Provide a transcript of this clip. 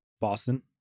Boston